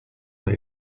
are